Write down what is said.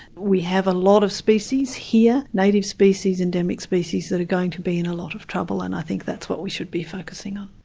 we have a lot of species here, native species, endemic species, that are going to be in a lot of trouble and i think that's what we should be focusing on.